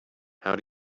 how